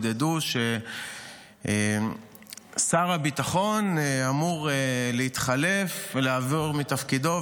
שהדהדו ששר הביטחון אמור להתחלף ולעבור מתפקידו,